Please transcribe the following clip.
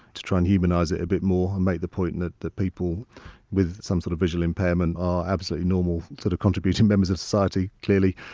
to try and humanise it a bit more and make the point and that that people with some sort of visual impairment are absolutely normal sort of contributing members of society, clearly,